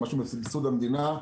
סבסוד המדינה,